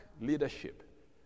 leadership